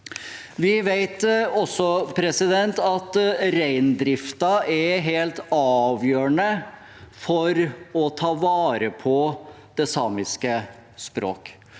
Vi vet også at reindriften er helt avgjørende for å ta vare på det samiske språket,